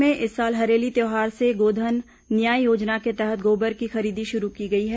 प्रदेश में इस साल हरेली त्यौहार से गोधन न्याय योजना के तहत गोबर की खरीदी शुरू की गई है